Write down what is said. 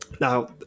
Now